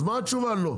את מה התשובה לא?